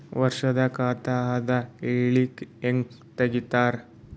ವರ್ಷದ ಖಾತ ಅದ ಹೇಳಿಕಿ ಹೆಂಗ ತೆಗಿತಾರ?